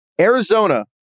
Arizona